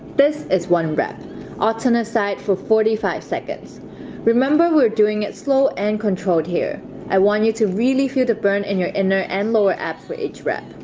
this is one rep alton aside for forty five seconds remember, we're doing it slow and controlled here i want you to really feel the burn in your inner and lower abs for each rep.